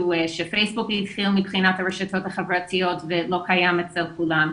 שפייסבוק התחיל מבחינת הרשתות החברתיות ולא קיים אצל כולם.